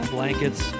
Blankets